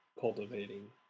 cultivating